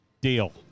Deal